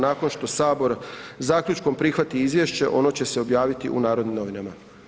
Nakon što Sabor zaključkom prihvati izvješće, ono će se objaviti u Narodnim novinama.